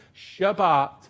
Shabbat